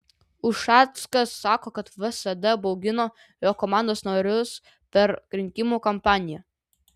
ušackas sako kad vsd baugino jo komandos narius per rinkimų kampaniją